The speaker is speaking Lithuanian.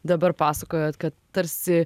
dabar pasakojot kad tarsi